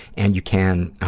and you can, ah,